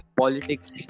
politics